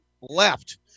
left